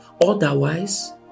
Otherwise